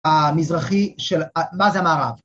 ‫המזרחי של... מה זה המערב?